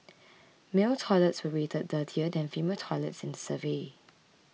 male toilets were rated dirtier than female toilets in the survey